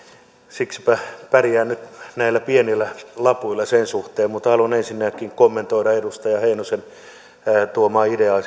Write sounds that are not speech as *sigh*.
siksipä pärjään nyt näillä pienillä lapuilla sen suhteen mutta haluan ensinnäkin kommentoida edustaja heinosen tuomaa ideaa *unintelligible*